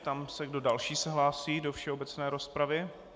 Ptám se, kdo další se hlásí do všeobecné rozpravy.